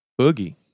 Boogie